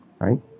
Right